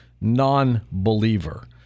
non-believer